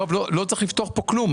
לא צריך לפתוח פה כלום.